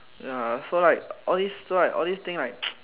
ya so like all these so like all these things like